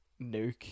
nuke